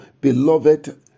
Beloved